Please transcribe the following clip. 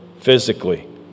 physically